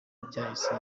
ryahise